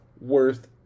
worth